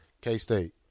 K-State